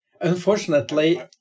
Unfortunately